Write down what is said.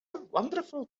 wonderful